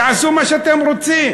תעשו מה שאתם רוצים,